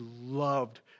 loved